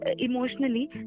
emotionally